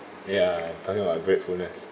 ya talking about gratefulness